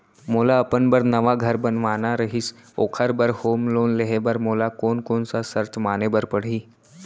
मोला अपन बर नवा घर बनवाना रहिस ओखर बर होम लोन लेहे बर मोला कोन कोन सा शर्त माने बर पड़ही?